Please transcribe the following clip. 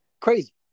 Crazy